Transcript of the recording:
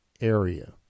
area